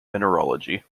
mineralogy